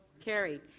carried.